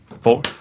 four